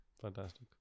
Fantastic